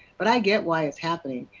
but i get why it is happening.